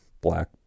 black